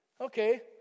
okay